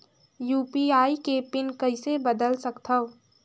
UPI के PIN कइसे बदल सकथव?